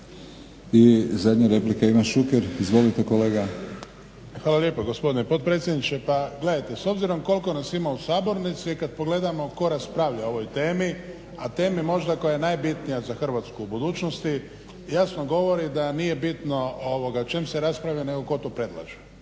I zadnja replika Ivan Šuker. Izvolite kolega. **Šuker, Ivan (HDZ)** Hvala lijepa gospodine potpredsjedniče. Pa gledajte, s obzirom koliko nas ima u sabornici i kad pogledamo tko raspravlja o ovoj temi, a temi možda koja je najbitnija za Hrvatsku u budućnosti jasno govori da nije bitno o čem se raspravlja nego tko to predlaže